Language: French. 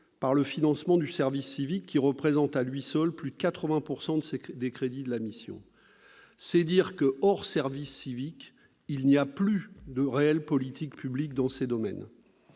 par le financement du service civique, qui représente à lui seul plus de 80 % des crédits de la mission. C'est dire que, hors service civique, il n'y a plus de réelle politique publique dans ces domaines